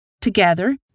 Together